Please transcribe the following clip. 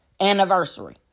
anniversary